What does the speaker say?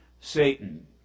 Satan